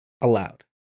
allowed